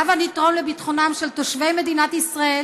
הבה נתרום לביטחונם של תושבי מדינת ישראל